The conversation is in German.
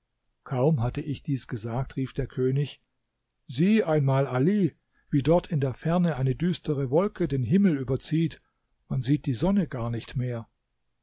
kaum hatte ich dies gesagt rief der könig sieh einmal ali wie dort in der ferne eine düstere wolke den himmel überzieht man sieht die sonne gar nicht mehr